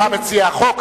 אתה מציע החוק,